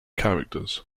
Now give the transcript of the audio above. characters